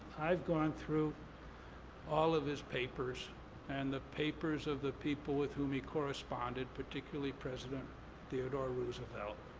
i've gone through all of his papers and the papers of the people with whom he corresponded, particularly president theodore roosevelt.